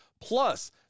Plus